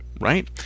right